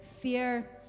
fear